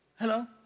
Hello